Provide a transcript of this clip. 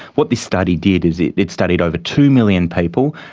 what this study did is it it studied over two million people,